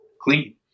clean